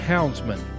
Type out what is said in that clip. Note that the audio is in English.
Houndsman